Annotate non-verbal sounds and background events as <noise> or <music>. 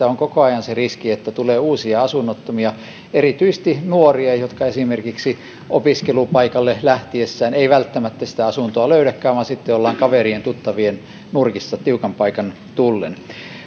<unintelligible> on koko ajan se riski että tulee uusia asunnottomia erityisesti nuoria jotka esimerkiksi opiskelupaikalle lähtiessään eivät välttämättä sitä asuntoa löydäkään vaan ovat sitten kaverien ja tuttavien nurkissa tiukan paikan tullen